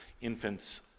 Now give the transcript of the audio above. infants